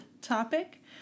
topic